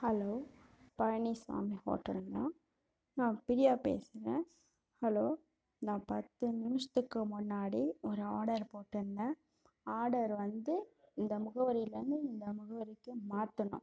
hello Palani Sami ஹோட்டலுங்களா நான் பிரியா பேசுகிறன் ஹலோ நான் பத்து நிமிஷத்துக்கு முன்னாடி ஒரு ஆர்டர் போட்டிருந்தன் ஆர்டர் வந்து இந்த முகவரியில இருந்து இந்த முகவரிக்கு மாற்றணும்